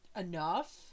enough